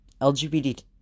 LGBT-